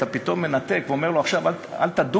אתה פתאום מנתק ואומר לו: עכשיו אל תדוג,